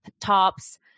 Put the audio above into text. tops